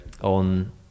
on